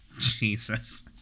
Jesus